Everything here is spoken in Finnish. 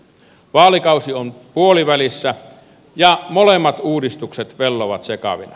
vaalikausi on puolivälissä ja molemmat uudistukset vellovat sekavina